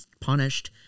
punished